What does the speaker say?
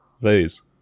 Please